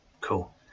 cool